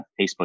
Facebook